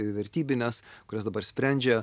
ir vertybines kurias dabar sprendžia